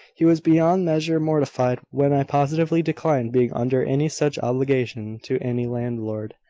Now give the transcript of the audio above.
he was beyond measure mortified when i positively declined being under any such obligation to any landlord.